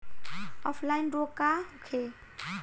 Offline रोग का होखे?